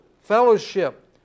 fellowship